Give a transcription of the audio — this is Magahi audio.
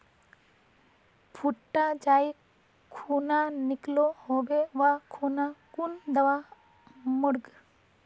भुट्टा जाई खुना निकलो होबे वा खुना कुन दावा मार्मु?